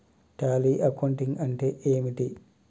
Tally accounting అంటే ఏమిటి?